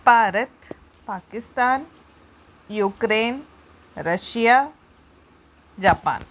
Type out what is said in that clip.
Bharat Pakistan Ukraine Russia Japan